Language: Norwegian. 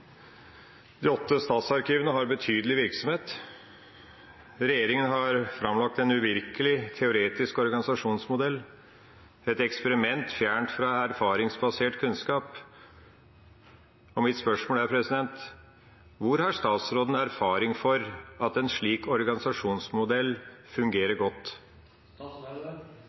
De åtte statsarkivene har betydelig virksomhet. Regjeringa har framlagt en uvirkelig, teoretisk organisasjonsmodell, et eksperiment fjernt fra erfaringsbasert kunnskap. Mitt spørsmål er: Hvorfra har statsråden erfaringen at en slik organisasjonsmodell fungerer